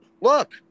look